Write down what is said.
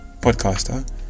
podcaster